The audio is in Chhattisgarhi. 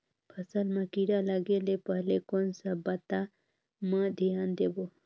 फसल मां किड़ा लगे ले पहले कोन सा बाता मां धियान देबो?